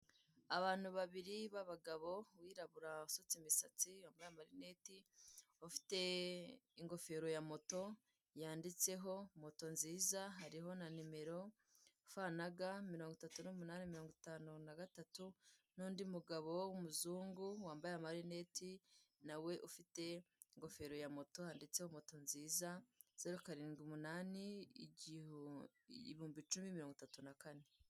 Abantu babiri b'abagabo, uwirabura usutse imisatsi wamabaye amarineti, ufite ingofero ya moto yanditseho moto nziza, hariho na nimero fa na ga mirongo itatu n'umunani mirongo itanu na gatatu; n'undi mugabo w'umuzungu wambaye amarineti na we ufite ingofero ya moto handitseho moto nziza, zeru karindwi umunani, ibihumbi icumi, mirongo itatu na kane.